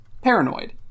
Paranoid